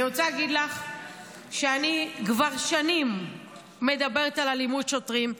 אני רוצה להגיד לך שאני כבר שנים מדברת על אלימות שוטרים: